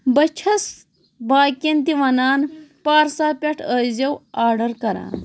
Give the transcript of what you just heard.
بہٕ چھَس باقین تہِ وَنان پارسا پٮ۪ٹھ ٲسۍ زیو آرڈر کران